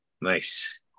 nice